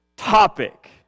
topic